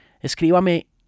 escríbame